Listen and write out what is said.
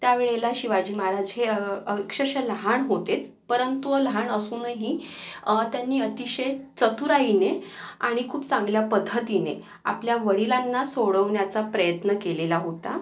त्यावेळेला शिवाजी माराज हे अक्षरशः लहान होतेत परंतु लहान असूनही त्यांनी अतिशय चतुराईने आणि खूप चांगल्या पद्धतीने आपल्या वडिलांना सोडवण्याचा प्रयत्न केलेला होता